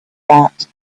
that